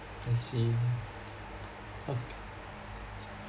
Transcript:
I see okay